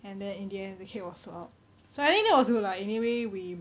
and then in the end the cake was sold out so I think that was good lah in a way we